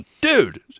dude